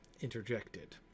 interjected